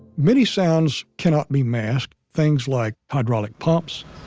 many sounds cannot be masked things like hydraulic pumps,